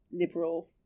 liberal